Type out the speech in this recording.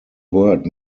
word